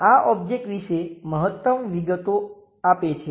આ ઓબ્જેક્ટ વિશે મહત્તમ વિગતો આપે છે